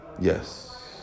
Yes